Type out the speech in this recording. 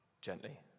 gently